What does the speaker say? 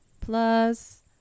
plus